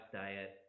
diet